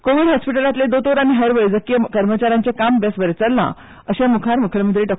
कोवीड हॉस्पिटलांतले दोतोर आनी हेर वैजकी कर्मचाऱ्यांचे काम बेस बरें चल्लां अशें म्खेलमंत्री डॉ